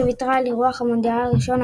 שוויתרה על אירוח המונדיאל הראשון,